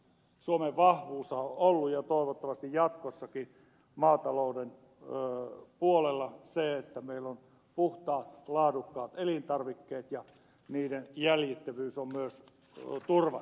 suomen vahvuushan on ollut ja toivottavasti jatkossakin on maatalouden puolella se että meillä on puhtaat laadukkaat elintarvikkeet ja niiden jäljitettävyys on myös turvattu